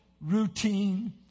routine